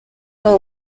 wabo